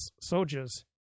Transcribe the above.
soldiers